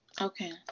Okay